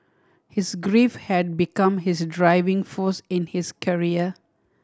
his grief had become his driving force in his career